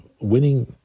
winning